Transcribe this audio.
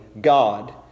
God